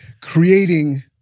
Creating